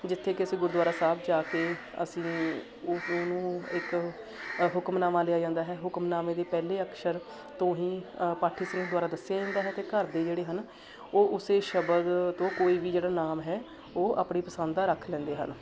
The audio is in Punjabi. ਜਿੱਥੇ ਕਿ ਅਸੀਂ ਗੁਰਦੁਆਰਾ ਸਾਹਿਬ ਚ ਜਾ ਕੇ ਅਸੀਂ ਉਸ ਨੂੰ ਇੱਕ ਹੁਕਮਨਾਮਾ ਲਿਆ ਜਾਂਦਾ ਹੈ ਹੁਕਮਨਾਮੇ ਦੀ ਪਹਿਲੇ ਅਕਸ਼ਰ ਤੋਂ ਹੀ ਪਾਠੀ ਸਿੰਘ ਦੁਆਰਾ ਦੱਸਿਆ ਜਾਂਦਾ ਹੈ ਅਤੇ ਘਰ ਦੇ ਜਿਹੜੇ ਹਨ ਉਹ ਉਸੇ ਸ਼ਬਦ ਤੋਂ ਕੋਈ ਵੀ ਜਿਹੜਾ ਨਾਮ ਹੈ ਉਹ ਆਪਣੀ ਪਸੰਦ ਦਾ ਰੱਖ ਲੈਂਦੇ ਹਨ